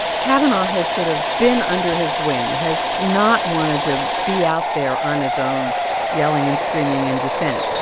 kavanaugh has sort of been under his wing, has not wanted to be out there on his own yelling and screaming in dissent.